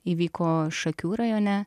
įvyko šakių rajone